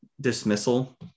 dismissal